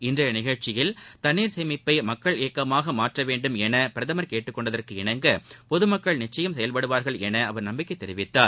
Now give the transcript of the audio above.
இன்றைய நிகழ்ச்சியில் தண்ணீர் சேமிப்பை மக்கள் இயக்கமாக மாற்ற வேண்டும் என பிரதமர் கேட்டுக்கொண்டதற்கு இணங்க பொதுமக்கள் நிச்சயம் செயல்படுவார்கள் என அவர் கூறினார்